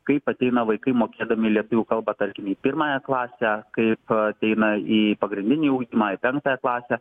kaip ateina vaikai mokėdami lietuvių kalba tarkim į pirmąją klasę kaip ateina į pagrindinį ugdymą į penktąją klasę